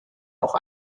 auch